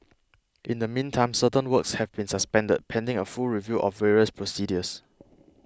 in the meantime certain works have been suspended pending a full review of various procedures